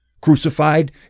crucified